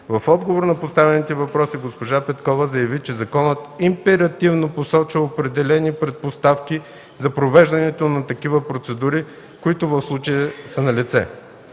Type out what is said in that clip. В отговор на поставените въпроси, госпожа Петкова заяви, че законът императивно посочва определени предпоставки за провеждането на такава процедура, които в случая са налице.